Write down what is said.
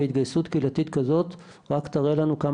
התגייסות קהילתית כזאת רק תראה לנו כמה